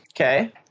okay